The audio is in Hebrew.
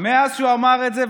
מאז שהוא אמר את זה,